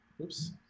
Oops